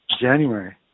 January